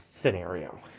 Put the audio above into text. scenario